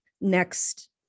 next